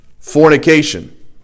Fornication